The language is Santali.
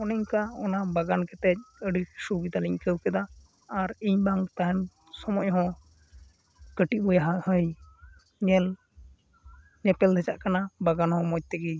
ᱚᱱᱮ ᱚᱝᱠᱟ ᱚᱱᱟ ᱵᱟᱜᱟᱱ ᱠᱟᱛᱮᱫ ᱟᱹᱰᱤ ᱥᱩᱵᱤᱛᱟᱞᱤᱧ ᱟᱹᱭᱠᱹᱟᱣ ᱠᱮᱫᱟ ᱟᱨ ᱤᱧ ᱵᱟᱝ ᱛᱟᱦᱮᱱ ᱥᱚᱢᱚᱭ ᱦᱚᱸ ᱠᱟᱹᱴᱤᱡ ᱵᱚᱭᱦᱟ ᱦᱚᱸᱭ ᱧᱮᱞ ᱧᱮᱯᱮᱞ ᱫᱷᱮᱪᱟᱜ ᱠᱟᱱᱟ ᱵᱟᱜᱟᱱ ᱦᱚᱸ ᱢᱚᱡᱽ ᱛᱮᱜᱮᱭ